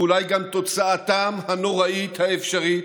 ואולי גם תוצאתם הנוראית האפשרית,